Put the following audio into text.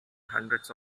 hundreds